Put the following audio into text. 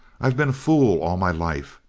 i've been a fool all my life.